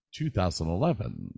2011